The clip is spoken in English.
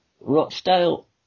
Rochdale